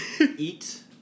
eat